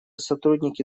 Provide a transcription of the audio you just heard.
сотрудники